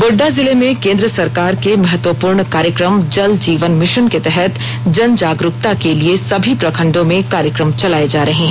गोड्डा जिले में केन्द्र सरकार के महत्वपूर्ण कार्यक्रम जल जीवन मिशन के तहत जन जागरूकता के लिए सभी प्रखंडों में कार्यक्रम चलाए जा रहे हैं